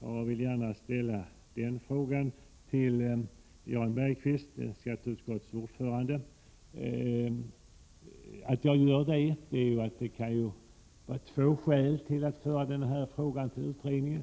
Jag vill gärna ställa den frågan till skatteutskottets ordförande Jan Bergqvist. Det kan finnas två skäl till att föra den här frågan till utredningen.